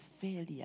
failure